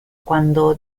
quando